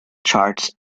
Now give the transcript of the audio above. charts